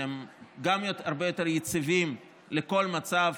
שהם גם הרבה יותר יציבים בכל מצב,